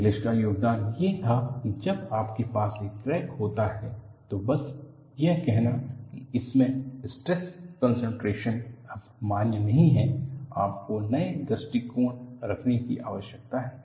Inglis का योगदान ये था कि जब आपके पास एक क्रैक होता है तो बस यह कहना कि इसमें स्ट्रेस कंसंट्रेशन अब मान्य नहीं है आपको नए दृष्टिकोण रखने की आवश्यकता है